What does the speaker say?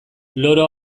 loro